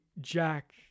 Jack